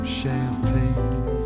champagne